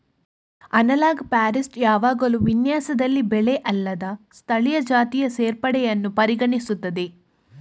analogue forestry ಯಾವಾಗಲೂ ವಿನ್ಯಾಸದಲ್ಲಿ ಬೆಳೆ ಅಲ್ಲದ ಸ್ಥಳೀಯ ಜಾತಿಗಳ ಸೇರ್ಪಡೆಯನ್ನು ಪರಿಗಣಿಸುತ್ತದೆ